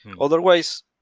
Otherwise